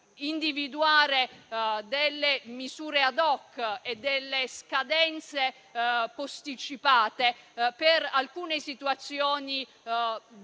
individuare delle misure *ad hoc* e delle scadenze posticipate per alcune situazioni